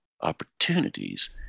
opportunities